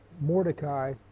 Mordecai